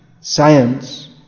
Science